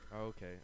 Okay